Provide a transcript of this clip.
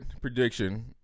prediction